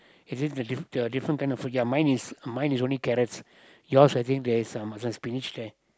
it's just the diff~ the different kind of food ya mine is mine is only carrots yours I think there is uh macam spinach there